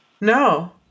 No